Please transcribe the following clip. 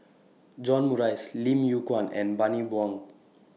John Morrice Lim Yew Kuan and Bani Buang